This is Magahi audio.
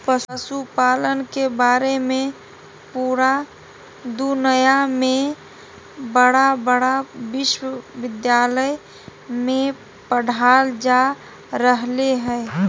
पशुपालन के बारे में पुरा दुनया में बड़ा बड़ा विश्विद्यालय में पढ़ाल जा रहले हइ